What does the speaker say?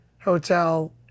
Hotel